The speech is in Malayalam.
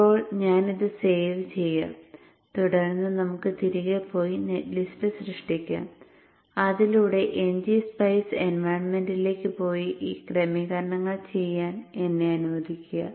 ഇപ്പോൾ ഞാൻ ഇത് സേവ് ചെയ്യട്ടെ തുടർന്ന് നമുക്ക് തിരികെ പോയി നെറ്റ് ലിസ്റ്റ് സൃഷ്ടിക്കാം അതിലൂടെ ngSpice എൻവയണ്മെന്റിലേക്കു പോയി ഈ ക്രമീകരണങ്ങൾ ചെയ്യാൻ എന്നെ അനുവദിക്കുക